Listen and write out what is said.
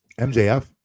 MJF